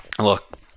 Look